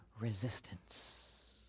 resistance